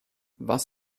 was